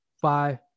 five